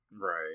Right